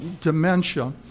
dementia